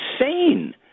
insane